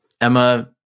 Emma